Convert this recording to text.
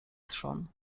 trzon